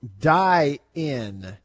die-in